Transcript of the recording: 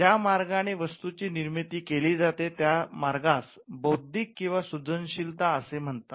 ज्या मार्गाने वस्तूची निर्मिती केली जाते त्या मार्गास बौद्धिक किंवा सृजनशीलता असे म्हणतात